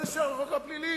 מה זה שייך לחוק הפלילי?